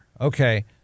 Okay